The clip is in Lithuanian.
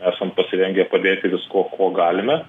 esam pasirengę padėti viskuo kuo galime